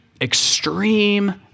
extreme